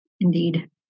Indeed